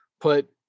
put